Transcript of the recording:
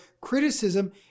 criticism